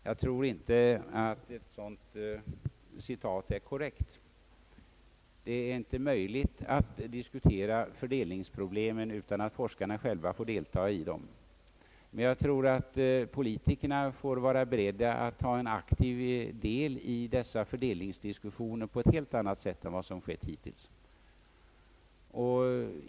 Jag tror dock inte att ett sådant citat är korrekt — det är inte möjligt att diskutera fördelningsproblemen utan att forskarna själva deltar. Jag tror emellertid att också politikerna får vara beredda att ta en aktiv del i dessa fördelningsdiskussioner på ett helt annat sätt än hittills.